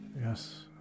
Yes